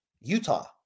Utah